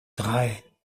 drei